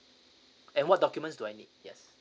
and what documents do I need yes